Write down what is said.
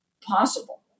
possible